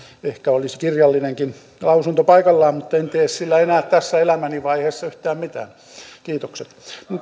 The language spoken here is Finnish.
ehkä olisi kirjallinenkin lausunto paikallaan mutta en tee sillä enää tässä elämäni vaiheessa yhtään mitään kiitokset